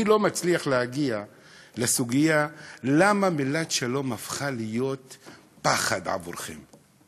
אני לא מצליח להגיע למסקנה למה המילה שלום הפכה להיות פחד עבורכם.